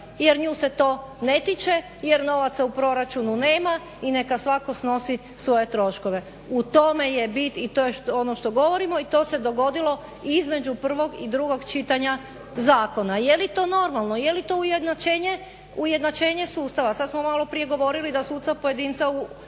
jer nju se to ne tiče jer novaca u proračunu nema i neka svatko snosi svoje troškove. U tome je bit i to je ono što govorimo i to se dogodilo između prvog i drugog čitanja zakona. Je li to normalno, je li to ujednačenje sustava. Sad smo maloprije govorili da suca pojedinca uvodimo u